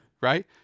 right